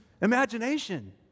imagination